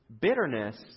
Bitterness